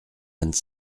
vingt